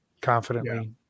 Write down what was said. confidently